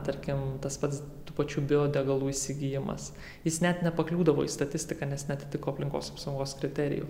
tarkim tas pats tų pačių biodegalų įsigijimas jis net nepakliūdavo į statistiką nes neatitiko aplinkos apsaugos kriterijų